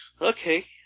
Okay